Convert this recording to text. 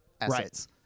assets